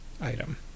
item